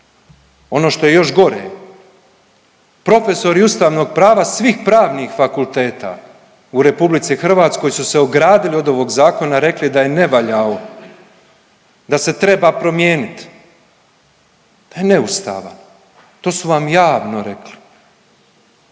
Ono što je još gore, profesori ustavnog prava svih pravnih fakulteta u RH su se ogradili od ovog Zakona, rekli da je nevaljao, da se treba promijeniti, da je neustavan, to su vam javno rekli.